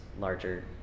larger